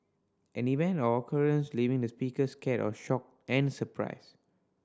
an event or occurrence leaving the speaker scared or shocked and surprised